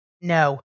No